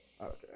Okay